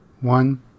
one